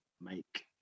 make